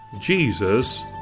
Jesus